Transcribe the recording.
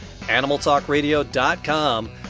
animaltalkradio.com